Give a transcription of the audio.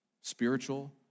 spiritual